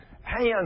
hands